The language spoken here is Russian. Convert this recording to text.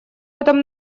этом